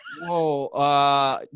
Whoa